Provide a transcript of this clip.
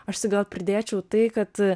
aš tik gal pridėčiau tai kad